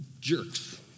jerks